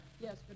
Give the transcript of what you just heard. Yes